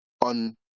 on